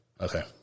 Okay